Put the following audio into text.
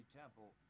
temple